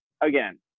Again